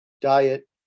diet